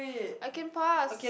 I can pass